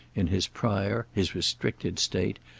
in his prior, his restricted state,